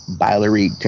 biliary